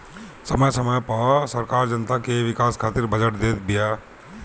समय समय पअ सरकार जनता के विकास खातिर बजट देत बिया